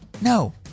No